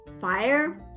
fire